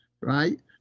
Right